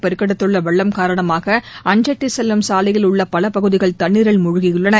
பெருக்கெடுத்துள்ள வெள்ளம் காரணமாக அஞ்செட்டி செல்லும் சாலையில் உள்ள பல பகுதிகள் தண்ணீரில் முழ்கியுள்ளன